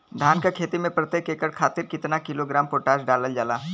धान क खेती में प्रत्येक एकड़ खातिर कितना किलोग्राम पोटाश डालल जाला?